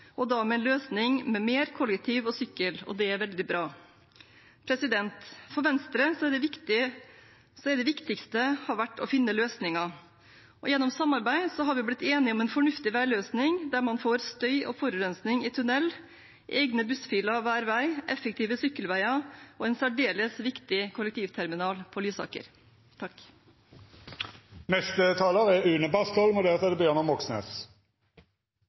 og da med en løsning med mer kollektiv og sykkel, og det er veldig bra. For Venstre har det viktigste vært å finne løsninger. Gjennom samarbeid har vi blitt enige om en fornuftig veiløsning der man får støy og forurensning i tunnel, egne bussfiler hver vei, effektive sykkelveier og en særdeles viktig kollektivterminal på Lysaker. Sannheten står på spill i denne saken. La meg være veldig tydelig: At dette ikke vil øke veikapasiteten, er